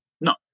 no